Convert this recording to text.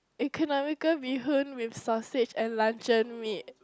economical bee hoon with sausage and luncheon meat